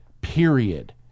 Period